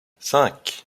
cinq